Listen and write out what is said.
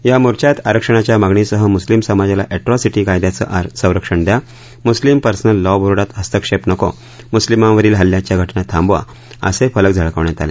या मोर्चात आरक्षणाच्या मागणीसह मुस्लीम समाजाला अर्ट्रीसिटी कायद्याचं संरक्षण द्या मुस्लीम पर्सनल लॉ बोर्डात हस्तक्षेप नको मुस्लीमावरील हल्ल्याच्या घटना थांबवा असे फलक झळकवण्यात आले